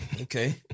Okay